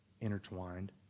intertwined